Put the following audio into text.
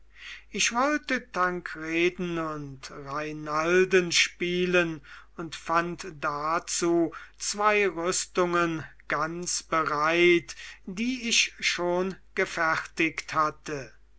ich wollte tankreden und reinalden spielen und fand dazu zwei rüstungen ganz bereit die ich schon gefertiget hatte